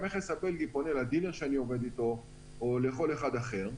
המכס הבלגי פונה לדילר שאני עובד איתו או לכל אחד אחר,